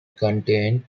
contain